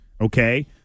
okay